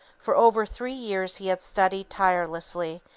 for over three years he had studied tirelessly,